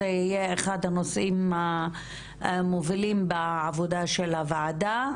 זה יהיה אחד הנושאים המובילים בעבודה של הוועדה,